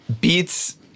Beats